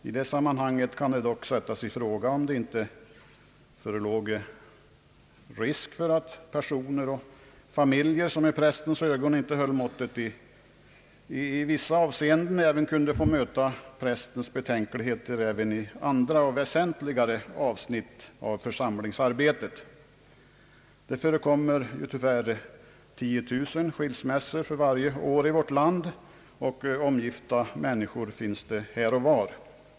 I det sammanhanget kan det dock sättas i fråga om det inte finns risk för att personer och familjer, som i prästens ögon inte håller måttet i vissa avseenden, kunde möta prästens betänkligheter även i andra och väsentligare avsnitt av församlingsarbetet. Det förekommer ungefär 10000 skilsmässor varje år i vårt land, och omgifta människor finns det här och var.